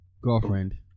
Girlfriend